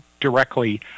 directly